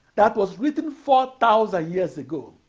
that was written four thousand years ago,